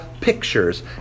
pictures